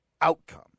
outcome